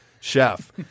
chef